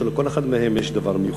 שבכל אחד מהם יש דבר מיוחד.